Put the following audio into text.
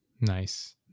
Nice